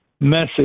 message